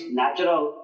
natural